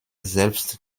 selbst